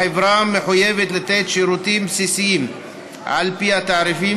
החברה מחויבת לתת שירותים בסיסיים על פי התעריפים